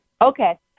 Okay